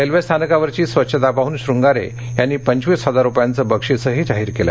railway स्थानकावरची स्वच्छता पाहून श्रंगारे यांनी पंचवीस हजार रुपयांचं बक्षीसही जाहीर केलं